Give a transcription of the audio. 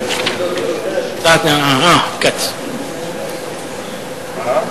חלוקת הצעת חוק המדיניות הכלכלית לשנים 2011 ו-2012 (תיקוני חקיקה),